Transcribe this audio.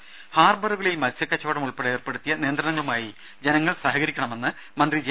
ദുദ ഹാർബറുകളിൽ മത്സ്യകച്ചവടം ഉൾപ്പടെ ഏർപ്പെടുത്തിയ നിയന്ത്രണങ്ങളുമായി ജനങ്ങൾ സഹകരിക്കണമെന്ന് മന്ത്രി ജെ